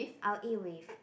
I will eat with